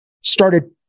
started